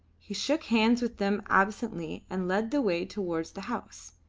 he shook hands with them absently and led the way towards the house.